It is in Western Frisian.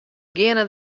geane